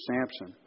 Samson